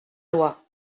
loi